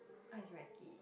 ice reccee